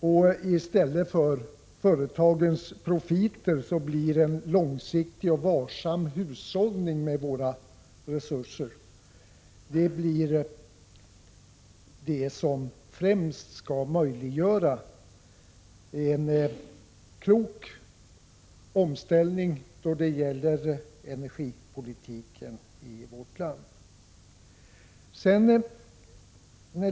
I stället för företagens profiter är en långsiktig och varsam hushållning med våra resurser det som främst skall möjliggöra en klok omställning av energipolitiken i vårt land.